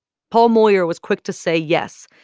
paul moyer was quick to say yes,